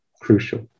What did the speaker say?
crucial